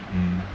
mm